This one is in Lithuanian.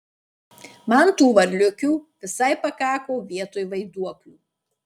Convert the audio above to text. man tų varliukių visai pakako vietoj vaiduoklių